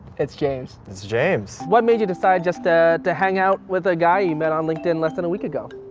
it's james. it's james. what made you decide just ah to hang out with a guy you met on linkedin less than a week ago?